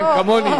כמוני,